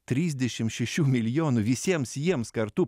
trisdešim šešių milijonų visiems jiems kartu